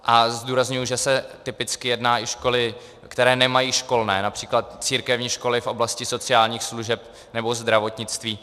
A zdůrazňuji, že se typicky jedná i o školy, které nemají školné, například církevní školy v oblasti sociálních služeb nebo zdravotnictví.